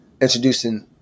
Introducing